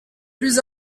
plus